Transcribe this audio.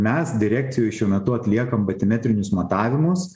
mes direkcijoj šiuo metu atliekam batimetrinius matavimus